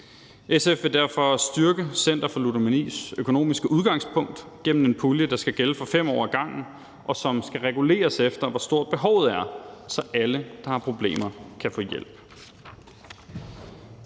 SF vil derfor styrke Center for Ludomanis økonomiske udgangspunkt gennem en pulje, der skal gælde for 5 år ad gangen, og som skal reguleres efter, hvor stort behovet er, så alle, der har problemer, kan få hjælp.